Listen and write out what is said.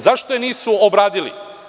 Zašto je nisu obradili?